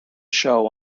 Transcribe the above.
show